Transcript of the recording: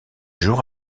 jour